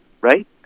right